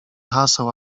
haseł